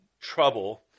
trouble